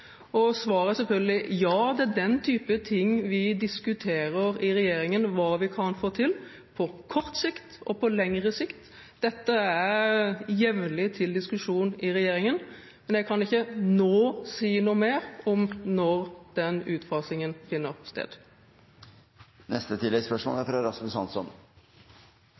Svaret er selvfølgelig: Ja, det er den type ting vi diskuterer i regjeringen – hva vi kan få til på kort sikt og på lengre sikt. Dette er jevnlig oppe til diskusjon i regjeringen, men jeg kan ikke nå si noe mer om når den utfasingen finner sted.